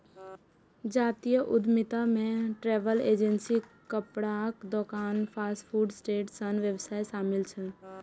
जातीय उद्यमिता मे ट्रैवल एजेंसी, कपड़ाक दोकान, फास्ट फूड स्टैंड सन व्यवसाय शामिल छै